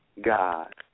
god